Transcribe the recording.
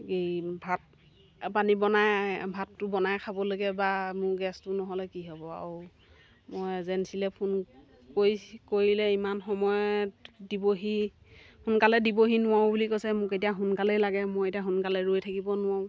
এই ভাত পানী বনাই ভাতটো বনাই খাব লাগে বা মোৰ গেছটো নহ'লে কি হ'ব আৰু মই এজেঞ্চিলৈ ফোন কৰিলে ইমান সময়ত দিবহি সোনকালে দিবহি নোৱাৰোঁ বুলি কৈছে মোক এতিয়া সোনকালেই লাগে মই এতিয়া সোনকালে ৰৈ থাকিব নোৱাৰোঁ